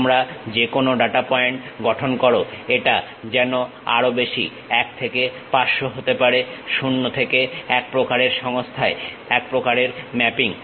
তোমরা যে কোন ডাটা পয়েন্ট গঠন করো এটা যেন আরো বেশি 1 থেকে 500 হতে 0 থেকে 1 প্রকারের সংস্থায় এক প্রকারের ম্যাপিং